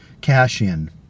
cash-in